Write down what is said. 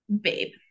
babe